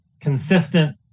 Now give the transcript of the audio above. consistent